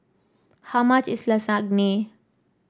how much is Lasagne